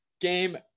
game